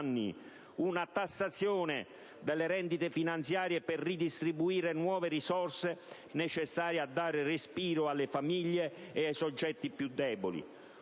una tassazione delle rendite finanziarie per ridistribuire nuove risorse necessarie a dare respiro alle famiglie e ai soggetti più deboli,